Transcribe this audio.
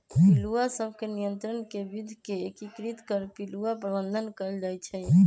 पिलुआ सभ के नियंत्रण के विद्ध के एकीकृत कर पिलुआ प्रबंधन कएल जाइ छइ